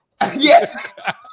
Yes